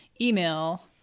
email